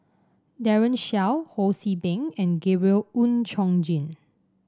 Daren Shiau Ho See Beng and Gabriel Oon Chong Jin